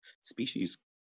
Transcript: species